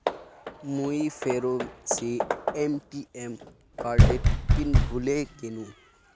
मुई फेरो से ए.टी.एम कार्डेर पिन भूले गेनू